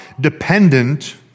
dependent